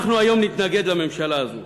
אנחנו היום נתנגד לממשלה הזאת.